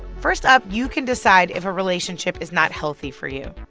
first up, you can decide if a relationship is not healthy for you.